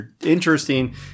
interesting